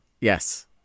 yes